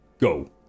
go